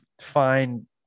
find